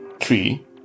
Three